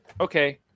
Okay